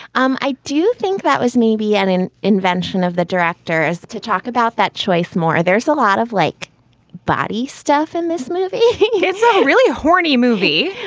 um i do think that was maybe and an invention of the directors to talk about that choice more. there's a lot of like body stuff in this movie it's really a horny movie.